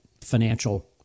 financial